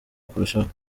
kurushaho